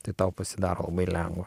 tai tau pasidaro labai lengva